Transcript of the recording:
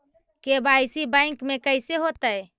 KYC bank में कैसे होतै?